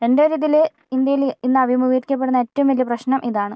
എൻ്റെയൊരു ഇതിൽ ഇന്ത്യയിൽ ഇന്ന് അഭിമുഖീകരിക്കപ്പെടുന്ന ഏറ്റവും വലിയ പ്രശ്നം ഇതാണ്